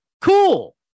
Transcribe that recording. cool